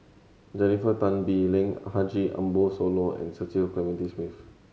Jennifer Tan Bee Leng Haji Ambo Sooloh and Cecil Clementi Smith